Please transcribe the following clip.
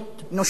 חוקרת.